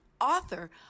author